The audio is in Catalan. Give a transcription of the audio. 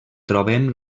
trobem